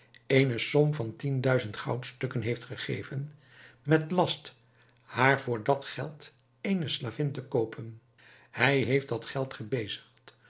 eene som van tien duizend goudstukken heeft gegeven met last haar voor dat geld eene slavin te koopen hij heeft het geld